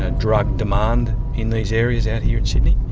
ah drug demand in these areas out here in sydney,